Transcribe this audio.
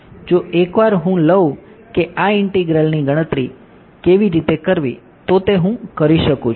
જો એકવાર હું લઉં કે આ ઇંટીગ્રલની ગણતરી કેવી રીતે કરવી તો તે હું કરી શકું છે